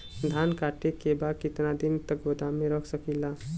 धान कांटेके बाद कितना दिन तक गोदाम में रख सकीला?